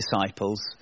disciples